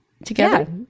together